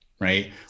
right